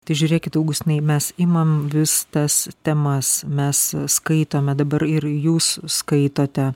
tai žiūrėkit augustinai mes imam vis tas temas mes skaitome dabar ir jūs skaitote